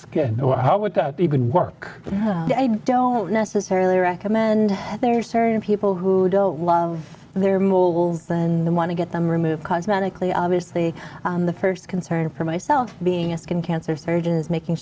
skin how would that even work i don't necessarily recommend that there are certain people who don't love their moral than the want to get them removed cosmetically obviously the first concern for myself being a skin cancer surgeon making